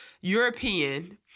European